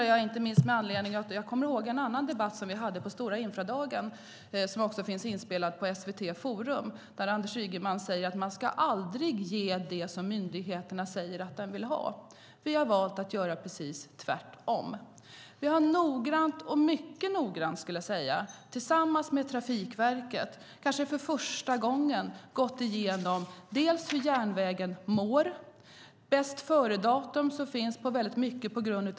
Jag kommer ihåg en annan debatt som vi hade på stora infradagen - den finns inspelad på SVT Forum - då Anders Ygeman sade att man aldrig ska ge det som myndigheterna säger att de vill ha. Vi har valt att göra precis tvärtom. Vi har mycket noggrant tillsammans med Trafikverket, kanske för första gången, gått igenom hur järnvägen mår. Bäst-före-datum som finns på mycket har gått ut.